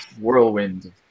whirlwind